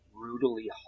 brutally